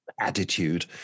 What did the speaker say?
attitude